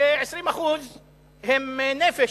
20% הם נפש,